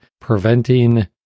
preventing